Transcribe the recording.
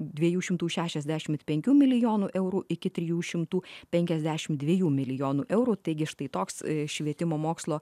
dviejų šimtų šešiasdešimt penkių milijonų eurų iki trijų šimtų penkiasdešim dviejų milijonų eurų taigi štai toks švietimo mokslo